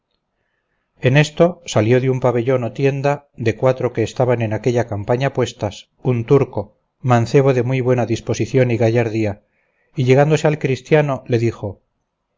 en esto salió de un pabellón o tienda de cuatro que estaban en aquella campaña puestas un turco mancebo de muy buena disposición y gallardía y llegándose al cristiano le dijo